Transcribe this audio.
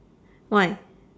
why